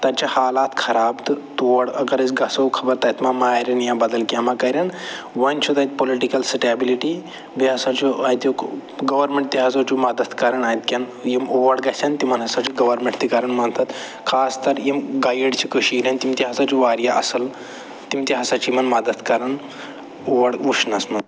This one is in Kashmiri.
تَتہِ چھِ حالات خراب تہٕ تور اگر أسۍ گژھو خبر تَتہِ ما مارٮ۪ن یا بدل کیٚنہہ ما کَرٮ۪ن وۄنۍ چھُ تَتہِ پُلِٹِکَل سِٹیبلٕٹی بیٚیہِ ہسا چھُ اَتیُک گورمٮ۪نٛٹ تہِ ہسا چھُ مدد کران اَتہِ کٮ۪ن یِم اور گژھن تِمَن ہسا چھِ گورمٮ۪نٛٹ تہِ کَران مدد خاص تَر یِم گایِڈ چھِ کٔشیٖرِ ۂندۍ تِم تہِ ہسا چھِ واریاہ اَصٕل تِم تہِ ہسا چھِ یِمَن مدد کران اور وٕچھنَس منٛز